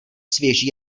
svěží